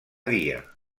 dia